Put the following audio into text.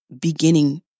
beginning